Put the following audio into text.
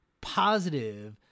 positive